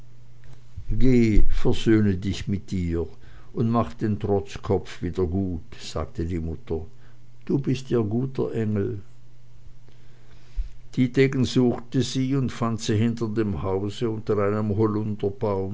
geh versöhne dich mit ihr und mach den trotzkopf wieder gut sagte die mutter du bist ihr guter engel dietegen suchte sie und fand sie hinter dem hause unter einem